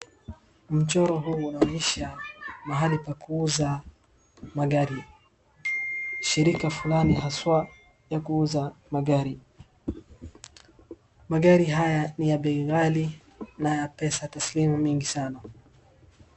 Mchoro huu unaonyesha mahali pa kuuza magari .shirika fulani haswa ya kuuza magari. Magari haya ni ya bei gali na pesa tasilimu nyingi sana.